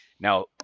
Now